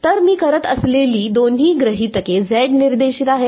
तर मी करत असलेली दोन्ही गृहितके Z निर्देशित आहेत